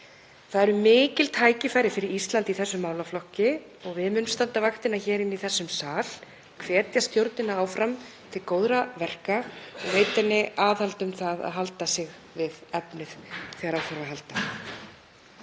Það eru mikil tækifæri fyrir Ísland í þessum málaflokki og við munum standa vaktina hér í þessum sal, hvetja stjórnina áfram til góðra verka og veita henni aðhald um að halda sig við efnið þegar á þarf að halda.